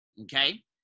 okay